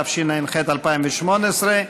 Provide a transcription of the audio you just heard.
התשע"ח 2018,